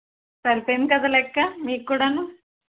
సరిపోయింది కదా లెక్క మీకు కూడా